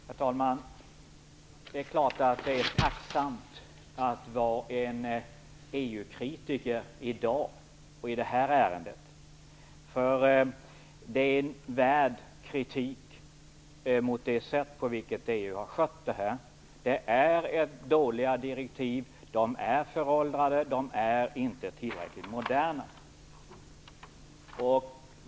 Herr talman! Det är klart att det är tacksamt att vara EU-kritiker i dag och i det här ärendet. Det sätt som EU har skött det här på är värt kritik. Direktiven är dåliga och föråldrade.